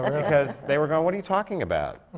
because they were going, what are you talking about?